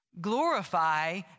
glorify